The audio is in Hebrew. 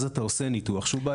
אז אתה עושה ניתוח בעייתי.